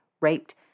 raped